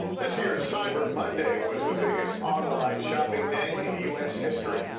this year cyber monday was the biggest online shopping day in u s. history.